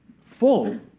full